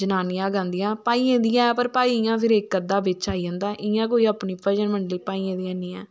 जनानियां गांदियां भाइय दी है पर भाई फिर इक अद्दा बिच आई जंदा इयां कोई अपनी भजन मडंली भाइये दी नेईं ऐ